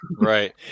Right